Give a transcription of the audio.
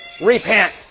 Repent